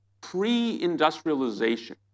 pre-industrialization